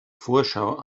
vorschau